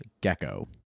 gecko